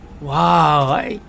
Wow